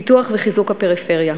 פיתוח וחיזוק הפריפריה,